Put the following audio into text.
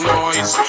noise